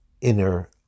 inner